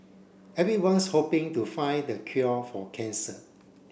everyone's hoping to find the cure for cancer